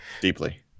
Deeply